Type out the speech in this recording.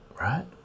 right